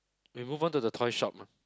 we move on to the toy shop